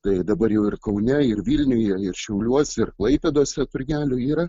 tai dabar jau ir kaune ir vilniuje ir šiauliuose ir klaipėdos ir turgelių yra